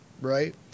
Right